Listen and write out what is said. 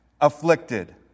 afflicted